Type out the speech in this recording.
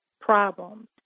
problems